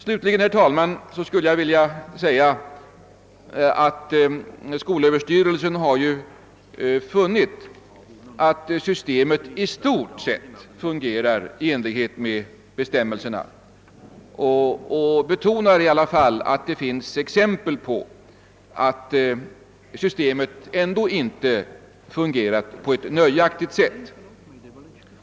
Slutligen, herr talman, skulle jag vilja säga att skolöverstyrelsen har funnit, att systemet i stort sett har fungerat i enlighet med bestämmelserna, men jag betonar att det ges exempel på att det inte fungerat på ett nöjaktigt sätt.